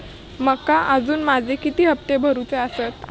माका अजून माझे किती हप्ते भरूचे आसत?